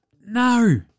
no